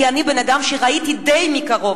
כי אני ראיתי די מקרוב,